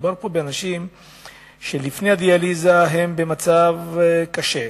מדובר באנשים שגם לפני הדיאליזה הם במצב קשה,